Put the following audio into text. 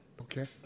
Okay